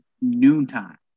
noontime